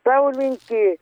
tau linki